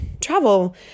travel